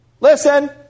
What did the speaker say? listen